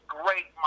great